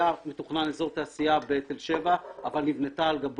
בעבר היה מתוכנן אזור תעשייה בתל שבע אבל לצערי נבנתה שם